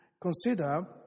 consider